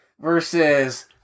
versus